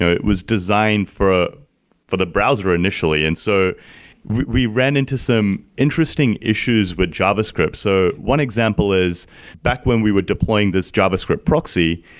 it was designed for for the browser initially. and so we ran into some interesting issues with javascript. so one example is back when we were deploying this javascript proxy,